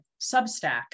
Substack